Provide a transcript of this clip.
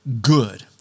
good